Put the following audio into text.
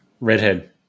Redhead